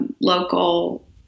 local